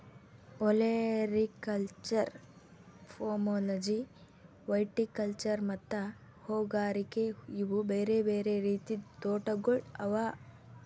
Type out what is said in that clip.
olericulture, pomology, viticulture ಮತ್ತ ಹೂಗಾರಿಕೆ ಇವು ಬೇರೆ ಬೇರೆ ರೀತಿದ್ ತೋಟಗೊಳ್ ಅವಾ